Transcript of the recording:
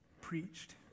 preached